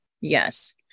Yes